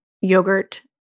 yogurt